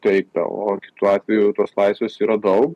tai tau o kitu atveju tos laisvės yra daug